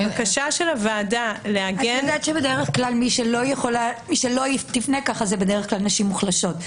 הבקשה של הוועדה- -- בדרך כלל מי שלא תפנה כך זה נשים מוחלשות.